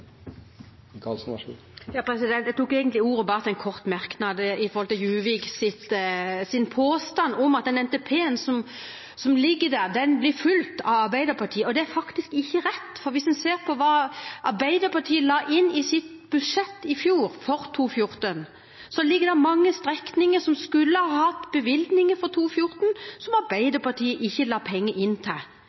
Jeg tok ordet til en kort merknad knyttet til Juviks påstand om at den NTP-en som ligger der, blir fulgt av Arbeiderpartiet. Det er faktisk ikke rett, for hvis en ser på hva Arbeiderpartiet la inn i sitt budsjett for 2014 i fjor, ligger der mange strekninger som skulle hatt bevilgninger for 2014, som Arbeiderpartiet ikke la inn penger til. Så det er faktisk ikke rett. Noen av de samme strekningene legger vi inn penger til